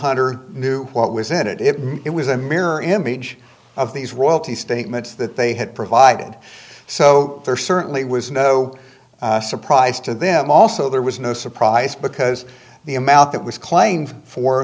hunter knew what was in it if it was a mirror image of these royalty statements that they had provided so there certainly was no surprise to them also there was no surprise because the amount that was claim